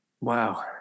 Wow